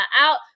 out